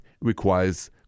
requires